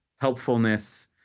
helpfulness